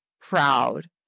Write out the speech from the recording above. proud